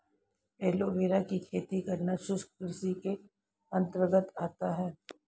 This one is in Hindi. एलोवेरा की खेती करना शुष्क कृषि के अंतर्गत आता है